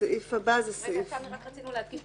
אנחנו רק רצינו להדגיש,